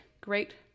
great